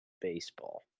Baseball